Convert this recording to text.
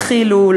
הטענה: הם התחילו,